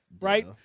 right